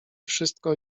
wszystko